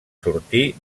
sortir